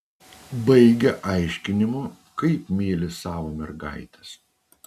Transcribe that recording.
baigia aiškinimu kaip myli savo mergaites